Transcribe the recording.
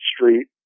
street